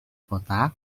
kota